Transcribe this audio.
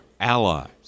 allies